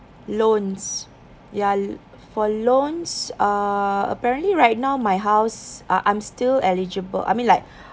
loans ya for loans err apparently right now my house uh I'm still eligible I mean like